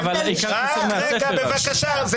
אני